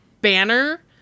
banner